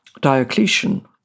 Diocletian